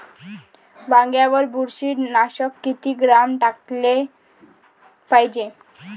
वांग्यावर बुरशी नाशक किती ग्राम टाकाले पायजे?